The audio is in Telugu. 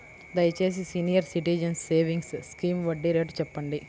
దయచేసి సీనియర్ సిటిజన్స్ సేవింగ్స్ స్కీమ్ వడ్డీ రేటు చెప్పండి